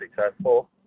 successful